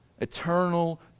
eternal